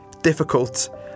difficult